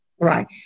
right